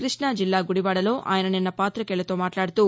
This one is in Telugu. కృష్ణా జిల్లా గుడివాడలో ఆయన నిన్న పాతికేయులతో మాట్లాడుతూ